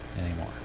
anymore